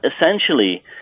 essentially